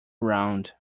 round